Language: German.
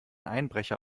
einbrecher